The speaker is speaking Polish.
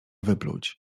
wypluć